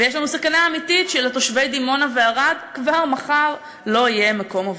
ויש סכנה אמיתית שלתושבי דימונה וערד כבר מחר לא יהיה מקום עבודה.